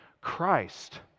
Christ